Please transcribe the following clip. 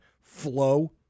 flow